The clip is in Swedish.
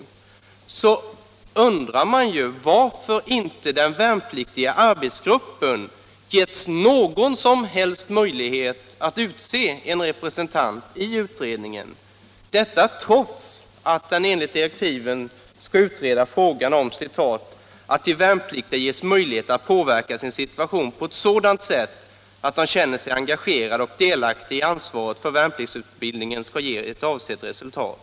Men då undrar man varför inte de värnpliktigas arbetsgrupp fått någon som helst möjlighet att utse en representant i utredningen, trots att gruppen enligt de nya direktiven skall utreda frågan om hur man skall åstadkomma ”att de värnpliktiga ges möjlighet att påverka Nr 101 sin situation på ett sådant sätt att de känner sig engagerade och delaktiga Torsdagen den i ansvaret för att värnpliktsutbildningen skall ge avsett resultat”.